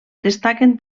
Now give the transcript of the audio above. destaquen